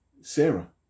Sarah